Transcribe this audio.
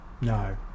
no